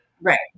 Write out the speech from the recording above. Right